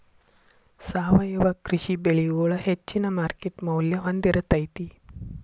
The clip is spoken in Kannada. ಸಾವಯವ ಕೃಷಿ ಬೆಳಿಗೊಳ ಹೆಚ್ಚಿನ ಮಾರ್ಕೇಟ್ ಮೌಲ್ಯ ಹೊಂದಿರತೈತಿ